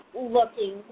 looking